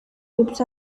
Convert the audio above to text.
groups